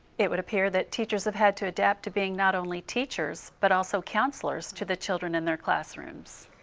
it would appear that teachers have had to adapt to being not only teachers, but also counselors to the children in their classrooms.